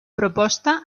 proposta